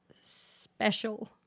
special